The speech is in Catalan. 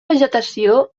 vegetació